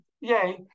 Yay